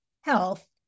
health